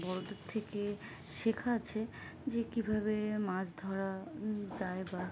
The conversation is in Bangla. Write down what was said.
বড়দের থেকে শেখা আছে যে কীভাবে মাছ ধরা যায় বা